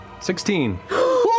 16